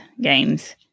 games